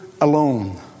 alone